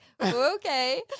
okay